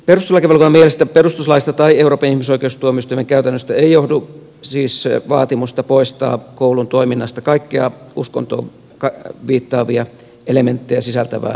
perustuslakivaliokunnan mielestä perustuslaista tai euroopan ihmisoikeustuomioistuimen käytännöstä ei johdu siis vaatimusta poistaa koulun toiminnasta kaikkea uskontoon viittaavia elementtejä sisältävää ainesta